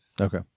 Okay